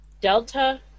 Delta